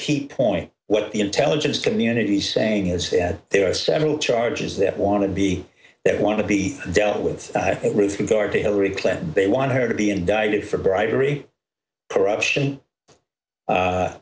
keep point what the intelligence community saying is there are several charges that want to be that want to be dealt with regard to hillary clinton they want her to be indicted for bribery corruption